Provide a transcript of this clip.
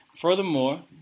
Furthermore